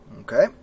Okay